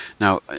Now